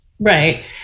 Right